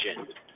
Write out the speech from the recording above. vision